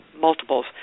multiples